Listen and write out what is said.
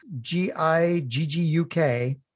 G-I-G-G-U-K